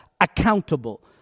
accountable